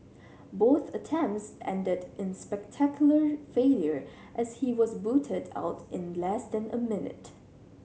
both attempts ended in spectacular failure as he was booted out in less than a minute